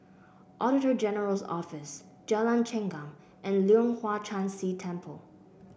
Auditor General's Office Jalan Chengam and Leong Hwa Chan Si Temple